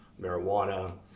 marijuana